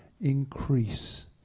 increase